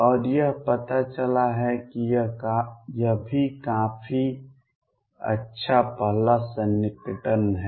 और यह पता चला है कि यह भी काफी अच्छा पहला सन्निकटन है